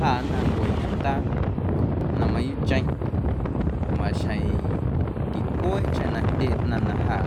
Ja̱ nnꞌaⁿncue ñomndaa na mayuuꞌcheⁿ maxjeⁿ ticweeꞌcheⁿ na jndye ꞌnaⁿ na jâ